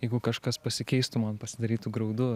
jeigu kažkas pasikeistų man pasidarytų graudu